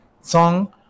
song